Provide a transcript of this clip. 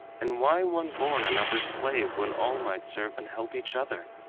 and why one born another's slave, when all might serve and help each other?